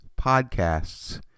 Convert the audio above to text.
podcasts